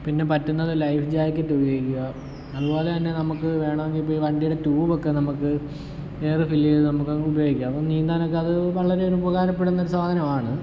പിന്നെ പറ്റുന്നത് life jacket ഉപയോഗിക്കുക അതുപോലെ തന്നെ നമുക്ക് വേണമെങ്കിൽ ഇപ്പോൾ വണ്ടീടെ ട്യൂബൊക്കെ നമുക്ക് എയർ ഫില്ല് ചെയ്ത് നമുക്കെങ്ങനെ ഉപയോഗിക്കാം നീന്താനൊക്കെ അത് വളരെ ഉപകാരപ്പെടുന്നൊരു സാധനമാണ്